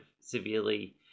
severely